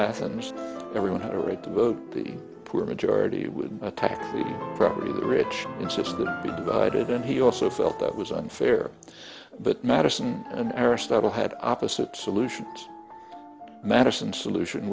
athens everyone had a right to vote the poor majority would take property the rich insist that it be divided and he also felt that was unfair but madison and aristotle had opposite solution madison solution